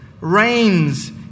reigns